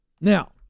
Now